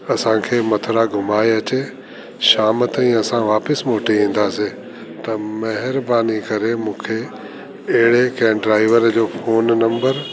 असांखे मथुरा घुमाये अचे शाम ताईं असां वापिसि मोटे ईंदासीं त महिरबानी करे मूंखे अहिड़े कंहिं ड्राइवर जो फ़ोन नंबर